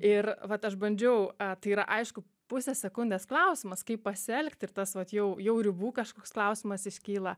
ir vat aš bandžiau tai yra aišku pusės sekundės klausimas kaip pasielgti ir tas vat jau jau ribų kažkoks klausimas iškyla